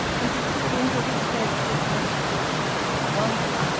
and he took it into his head to attack the difficulty at once,